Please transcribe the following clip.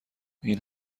این